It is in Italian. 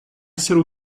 essere